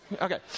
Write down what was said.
Okay